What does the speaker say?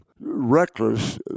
reckless